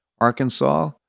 Arkansas